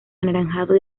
anaranjado